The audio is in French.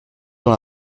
dans